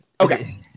Okay